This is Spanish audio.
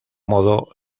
modo